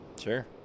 Sure